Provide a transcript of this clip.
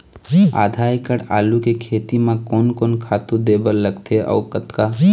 आधा एकड़ आलू के खेती म कोन कोन खातू दे बर लगथे अऊ कतका?